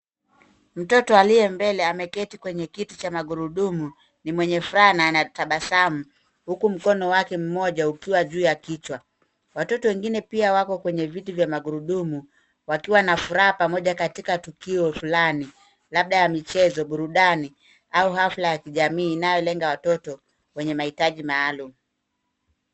Mtoto aliye mbeel ameketi kwenye kiti cha magurudumu, ni mwenye furaha na anatabasamu huku mokono wake mmoja ukiwa juu ya kichwa. Watoto wengine pia wako kwenye viti vya magurudumu; wakiwa na furaha pamoja katika tukio fulani labda ya michezo, burudani au hafla ya kijamii inayolenga watoto wenye mahitaji maalum.